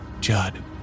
Judd